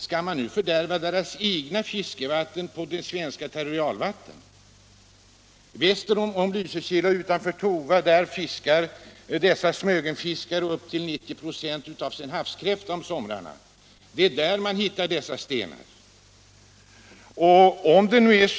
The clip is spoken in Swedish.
Skall man nu fördärva deras egna fiskevatten på svenskt territorialvatten? Nr 135 Väster om Lysekil utanför Tova fiskar dessa Smögenfiskare upp till Onsdagen den 90 9 av sin fångst av havskräftor om somrarna. Där hittar man dessa 18 maj 1977 stenar.